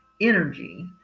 energy